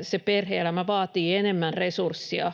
se perhe-elämä vaatii enemmän resurssia